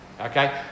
Okay